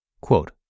Quote